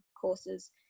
courses